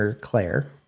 Claire